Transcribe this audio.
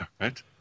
Right